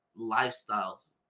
lifestyles